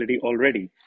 already